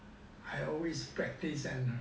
I always practice and